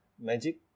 magic